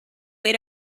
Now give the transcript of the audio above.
wait